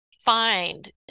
find